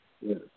Yes